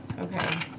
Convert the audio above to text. Okay